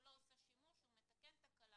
לא עושה שימוש הוא מתקן תקלה.